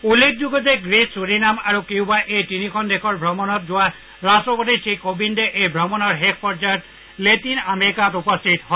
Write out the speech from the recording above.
উল্লেখযোগ্য যে Greece Suriname আৰু কিউবা এই তিনিখন দেশৰ ভ্ৰমণত যোৱা ৰট্টপতি শ্ৰীকোবিন্দে এই ভ্ৰমণৰ শেষ পৰ্যায়ত লেটিন আমেৰিকাত উপস্থিত হয়